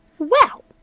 well,